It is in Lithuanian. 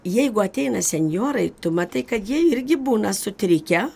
jeigu ateina senjorai tu matai kad jie irgi būna sutrikę